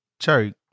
Cherry